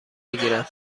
بگیرم